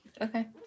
Okay